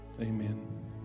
Amen